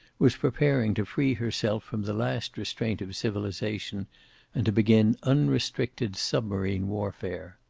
was preparing to free herself from the last restraint of civilization and to begin unrestricted submarine warfare.